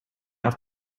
have